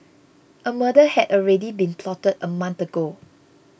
a murder had already been plotted a month ago